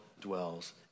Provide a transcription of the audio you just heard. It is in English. dwells